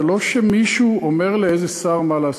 זה לא שמישהו אומר לאיזה שר מה לעשות.